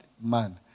man